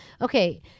okay